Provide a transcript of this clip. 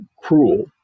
cruel